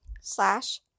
slash